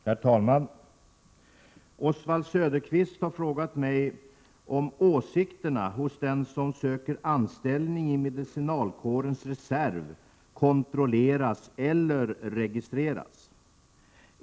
Herr talman! Oswald Söderqvist har frågat mig om åsikterna hos den som söker anställning i medicinalkårens reserv kontrolleras eller registreras.